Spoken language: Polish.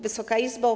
Wysoka Izbo!